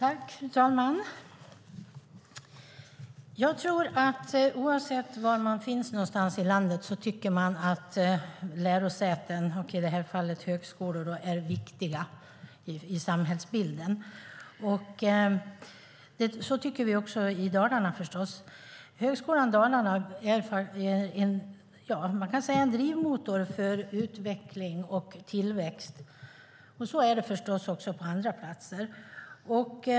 Fru talman! Jag tror att oavsett var man finns någonstans i landet tycker man att lärosäten, i det här fallet högskolor, är viktiga i samhällsbilden. Så tycker vi förstås också i Dalarna. Högskolan Dalarna är en drivmotor för utveckling och tillväxt. Så är det förstås också på andra platser.